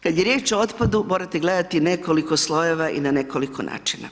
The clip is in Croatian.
Kada je riječ o otpadu morate gledati nekoliko slojeva i na nekoliko načina.